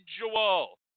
individual